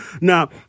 Now